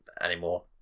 anymore